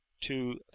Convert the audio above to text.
two